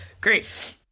Great